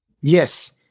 Yes